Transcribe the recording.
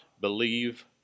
believe